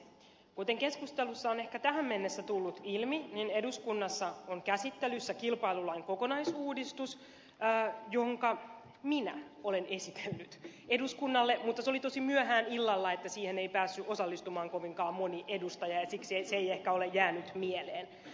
kuten keskustelussa on ehkä tähän mennessä tullut ilmi eduskunnassa on käsittelyssä kilpailulain kokonaisuudistus jonka minä olen esitellyt eduskunnalle mutta se oli tosin myöhään illalla joten siihen ei päässyt osallistumaan kovinkaan moni edustaja ja siksi se ei ehkä ole jäänyt mieleen